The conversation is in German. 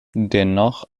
dennoch